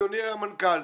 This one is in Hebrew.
אדוני המנכ"ל,